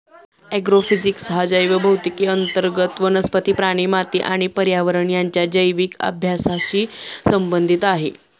agrophysics हा जैवभौतिकी अंतर्गत वनस्पती, प्राणी, माती आणि पर्यावरण यांच्या जैविक अभ्यासाशी संबंधित आहे